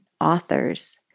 authors